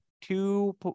two